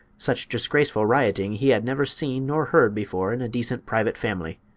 such disgraceful rioting he had never seen nor heard before in a decent private family.